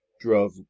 drove